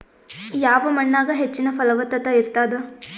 ಯಾವ ಮಣ್ಣಾಗ ಹೆಚ್ಚಿನ ಫಲವತ್ತತ ಇರತ್ತಾದ?